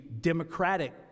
Democratic